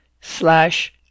slash